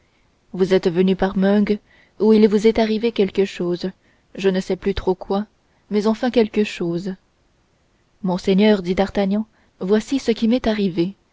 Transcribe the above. vous êtes venu par meung où il vous est arrivé quelque chose je ne sais plus trop quoi mais enfin quelque chose monseigneur dit d'artagnan voici ce qui m'est arrivé